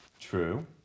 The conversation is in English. True